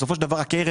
בסופו של דבר הקרן,